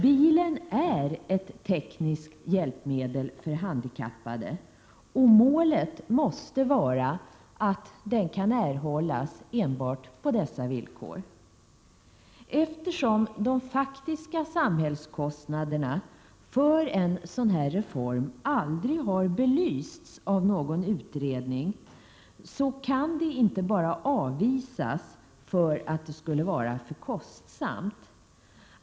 Bilen är ett tekniskt hjälpmedel för handikappade, och målet måste vara att bil kan erhållas enbart på dessa villkor. Eftersom de faktiska samhällskostnaderna för en sådan reform aldrig har belysts av någon utredning kan man inte bara avvisa detta för att det skulle vara för kostsamt.